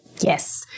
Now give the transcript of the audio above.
Yes